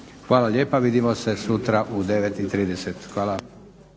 Hvala lijepa. Vidimo se sutra u 9,30. Hvala